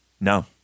No